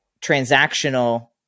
transactional